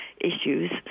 issues